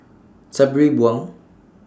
Sabri Buang